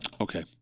Okay